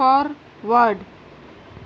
forward